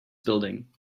building